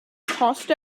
cost